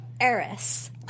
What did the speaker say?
Eris